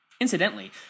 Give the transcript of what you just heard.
Incidentally